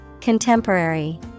Contemporary